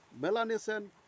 Melanesian